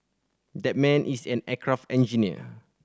that man is an aircraft engineer